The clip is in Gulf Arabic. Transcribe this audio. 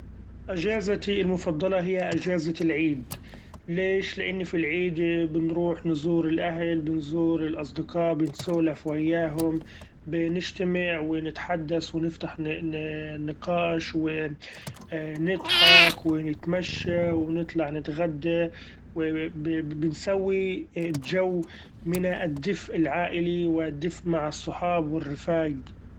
إچازتي المفضلة هي أچازة العيد ليش؟ لإنه في العيد بنروح نزور الاهل بنزور الاصدقاء ، بنسولف وياهم بنجتمع ونتحدث ونفتح ن- نقاش ونضحك ونتمشى ونطلع نتغدا ، وبنسوي چو من الدفء العائلي والدفء مع الصحاب والرفاق.